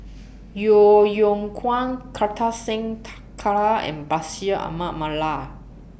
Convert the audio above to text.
Yeo Yeow Kwang Kartar Singh Thakral and Bashir Ahmad Mallal